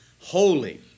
Holy